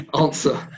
answer